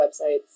websites